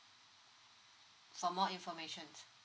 some more information